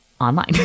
Online